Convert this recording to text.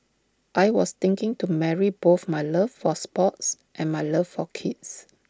I was thinking to marry both my love for sports and my love for kids